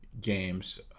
games